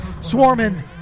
swarming